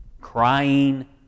crying